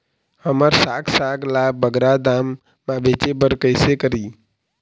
हमर साग साग ला बगरा दाम मा बेचे बर कइसे करी?